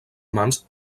amants